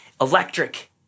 electric